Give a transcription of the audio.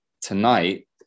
tonight